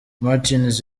martins